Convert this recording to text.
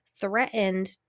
threatened